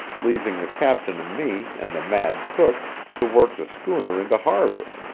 leaving the captain and me and the mad cook to work the schooner into harbour.